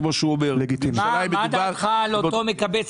כמו שהוא אומר --- מה דעתך על אותו מקבץ